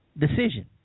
decision